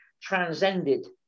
transcended